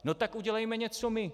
No tak udělejme něco my.